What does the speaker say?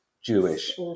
Jewish